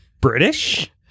British